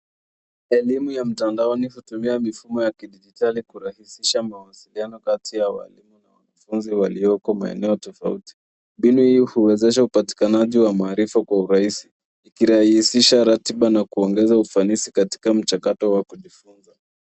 Elimu ya mtandaoni kutumia mifumo ya kidijitali kurahisisha mawasiliano kati ya walimu na wanafunzi walioko maeneo tofauti. Mbinu hii huwezesha upatikanaji wa maarifa kwa urahisi ikirahisha ratiba na kuongeza ufanisi katika mchakato wa kujifunza.